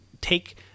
take